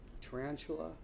Tarantula